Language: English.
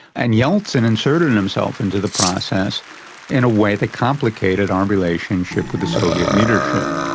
and yeltsin inserted and himself into the process in a way that complicated our relationship with the soviet leadership.